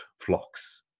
flocks